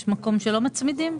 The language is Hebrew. יש מקום שלא מצמידים?